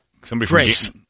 Grace